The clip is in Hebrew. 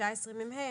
סעיף 19מה,